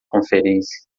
conferência